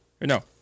No